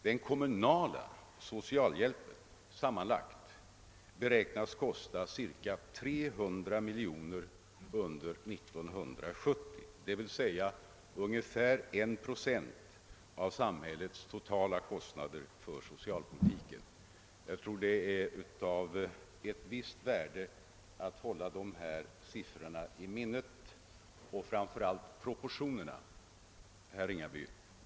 Den kommunala socialhjälpen beräknas sammanlagt kosta cirka 300 miljoner kronor under 1970, d.v.s. ungefär 1 procent av samhällets totala kostnader för socialpolitiken. Jag tror att det är av ett visst värde att hålla dessa siffror i minnet — framför allt proportionerna, herr Ringaby.